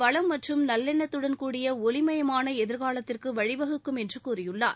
வளம் மற்றும் நல்லெண்ணத்துடன்கூடிய ஒளிமயமான எதிர்காலத்திற்கு வழிவகுக்கும் என்று கூறியுள்ளார்